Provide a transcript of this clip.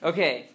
Okay